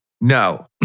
No